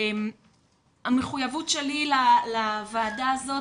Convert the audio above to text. המחויבות שלי לוועדה הזאת